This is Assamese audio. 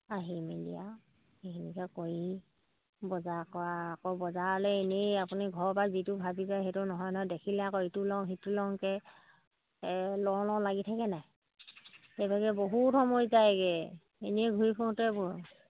আহি মেলি আৰু সেইখিনিকে কৰি বজাৰ কৰা আকৌ বজাৰলৈ এনেই আপুনি ঘৰৰ পৰা যিটো ভাবি যায় সেইটো নহয় নহয় দেখিলে আকৌ ইটো লওঁ সিটো লওকৈ লওঁ লওঁ লাগি থাকেনে সেইভাগে বহুত সময় যায়গৈ এনেই ঘূৰি ফুৰোতে ব